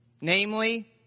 Namely